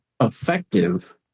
effective